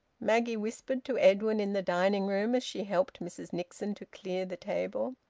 maggie whispered to edwin in the dining-room, as she helped mrs nixon to clear the table.